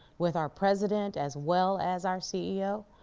with our president as well as our ceo.